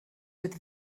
with